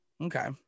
Okay